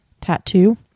tattoo